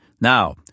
Now